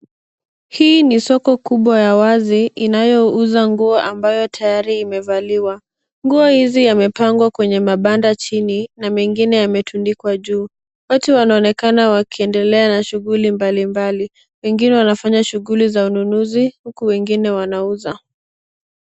Hii ni soko kubwa ya wazi, inayouza nguo ambayo tayari imevaliwa. Nguo hizi yamepangwa kwenye mabanda chini, na mengine yametundikwa juu. Watu wanaonekana wakiendelea na shughuli mbalimbali. Wengine wanafanya shughuli za ununuzi, huku wengine wanauza.